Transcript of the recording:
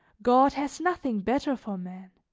god has nothing better for man